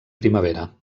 primavera